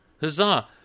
Huzzah